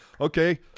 okay